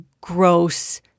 gross